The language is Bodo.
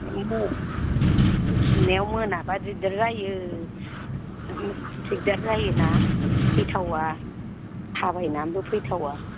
उमहो फैफिननायाव मोनबा दिगदार जायो दिगदार जायो ना फैथावा थाबायनानैबो फैथावा